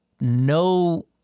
No